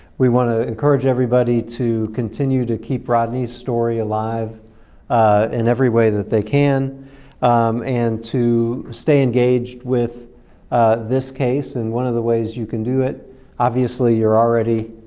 we want to encourage everybody to continue to keep rodney's story alive in every way that they can and to stay engaged with this case. and one of the ways you can do it obviously you're already